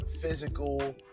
Physical